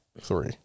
three